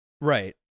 Right